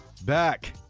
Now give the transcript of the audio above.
back